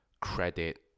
credit